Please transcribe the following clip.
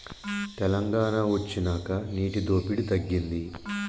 తెలంగాణ వొచ్చినాక నీటి దోపిడి తగ్గింది